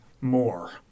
more